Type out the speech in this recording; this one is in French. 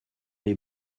les